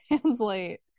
translate